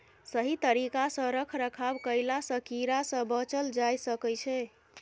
सही तरिका सँ रख रखाव कएला सँ कीड़ा सँ बचल जाए सकई छै